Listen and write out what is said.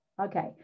Okay